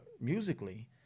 musically